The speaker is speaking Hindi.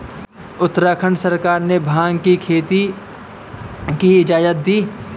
उत्तराखंड सरकार ने भाँग की खेती की इजाजत दी है